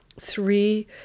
three